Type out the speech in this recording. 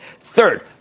Third